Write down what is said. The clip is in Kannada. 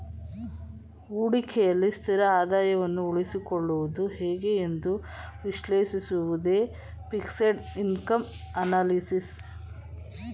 ಹೂಡಿಕೆಯಲ್ಲಿ ಸ್ಥಿರ ಆದಾಯವನ್ನು ಉಳಿಸಿಕೊಳ್ಳುವುದು ಹೇಗೆ ಎಂದು ವಿಶ್ಲೇಷಿಸುವುದೇ ಫಿಕ್ಸೆಡ್ ಇನ್ಕಮ್ ಅನಲಿಸಿಸ್